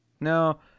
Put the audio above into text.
no